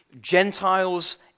Gentiles